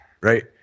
Right